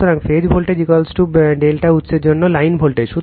সুতরাং phase voltage ∆ উৎসের জন্য লাইন ভোল্টেজ